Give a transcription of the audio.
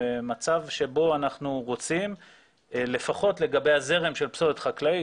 במצב שבו אנחנו רוצים לפחות לגבי הזרם של פסולת חקלאית,